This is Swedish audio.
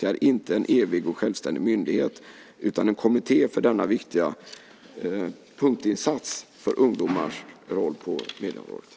Det är inte en evig och självständig myndighet utan en kommitté för denna viktiga punktinsats för ungdomar på medieområdet.